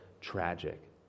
tragic